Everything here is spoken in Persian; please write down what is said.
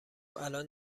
الان